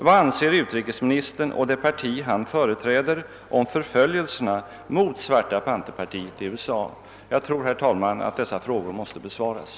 Vad anser utrikesministern och det parti han företräder om förföljelserna mot Black Panthers i USA? Jag tror, herr talman, att detta är frågor som måste besvaras.